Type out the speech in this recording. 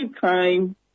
time